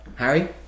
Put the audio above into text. Harry